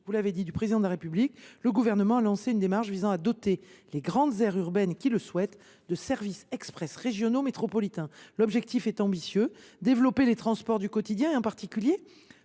sous l’impulsion du Président de la République, le Gouvernement a lancé une démarche visant à doter les grandes aires urbaines qui le souhaitent de services express régionaux métropolitains (Serm). L’objectif est ambitieux. Il s’agit de développer les transports du quotidien et, en particulier,